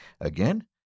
Again